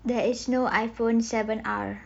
there is no iphone seven R